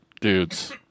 Dudes